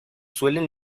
suelen